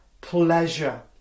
pleasure